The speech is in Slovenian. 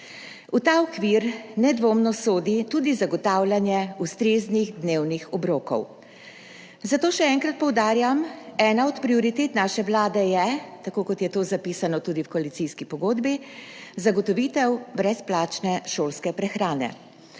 V ta okvir nedvomno sodi tudi zagotavljanje ustreznih dnevnih obrokov. Zato še enkrat poudarjam, ena od prioritet naše vlade je, tako kot je to zapisano tudi v koalicijski pogodbi, zagotovitev brezplačne šolske prehrane.